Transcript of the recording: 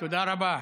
תודה רבה.